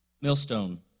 millstone